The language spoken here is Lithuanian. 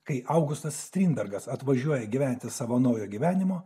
kai augustas strindbergas atvažiuoja gyventi savo naujo gyvenimo